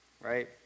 right